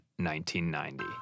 1990